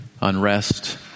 unrest